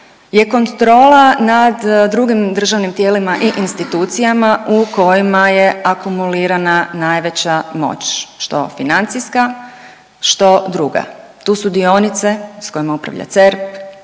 je kontrola nad drugim državnim tijelima i institucijama u kojima je akumulirana najveća moć, što financijska, što druga, tu su dionice s kojima upravlja CERP,